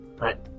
Right